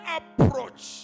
approach